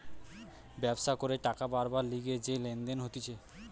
ব্যবসা করে টাকা বারবার লিগে যে লেনদেন হতিছে